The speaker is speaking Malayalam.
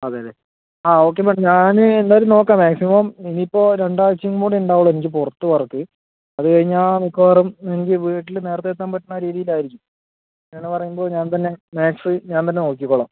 അതെയതെ ആ ഓക്കേ മാഡം ഞാന് എന്തായാലും നോക്കാം മാക്സിമം ഇനിയിപ്പോൾ രണ്ടാഴ്ചയും കൂടിയുണ്ടാവുള്ളൂ എനിക്ക് പുറത്ത് വർക്ക് അത് കഴിഞ്ഞാൽ മിക്കവാറും എനിക്ക് വീട്ടില് നേരത്തെ എത്താൻ പറ്റണ രീതിയിലാരിക്കും അങ്ങനെ പറയുമ്പോൾ ഞാൻ തന്നെ മാത്സ് ഞാൻ തന്നെ നോക്കിക്കോളാം